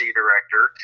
director